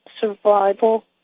survival